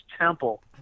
temple